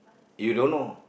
you don't know